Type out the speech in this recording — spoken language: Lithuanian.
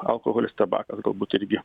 alkoholis tabakas galbūt irgi